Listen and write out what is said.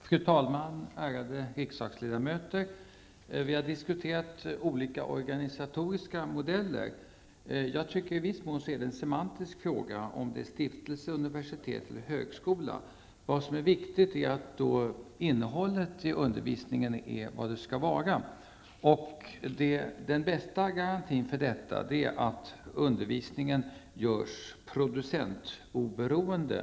Fru talman, ärade riksdagsledamöter! Vi har diskuterat olika organisatoriska modeller. Det är i viss mån en semantisk fråga, om det är stiftelse, universitet eller högskola. Vad som är viktigt är att innehållet i undervisningen är vad det skall vara. Den bästa garantin för detta är att undervisningen görs producentoberoende.